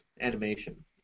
animation